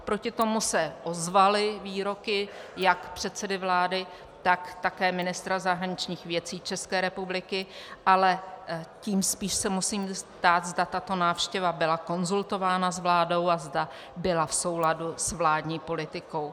Proti tomu se ozvaly výroky jak předsedy vlády, tak také ministra zahraničních věcí České republiky ale tím spíš se musím ptát, zda tato návštěva byla konzultována s vládou a zda byla v souladu s vládní politikou.